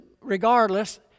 regardless